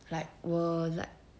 like were like